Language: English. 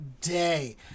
day